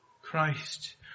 Christ